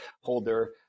holder